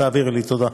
תעבירי לי, תודה.